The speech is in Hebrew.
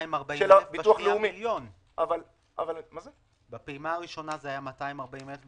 בן אדם להתקיים לבין --- אבל זאת לא ההכנסה היחידה.